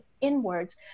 inwards